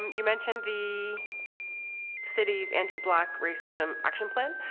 you mentioned the city's anti-black racism action plan.